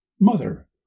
Mother